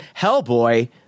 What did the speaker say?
hellboy